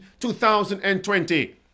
2020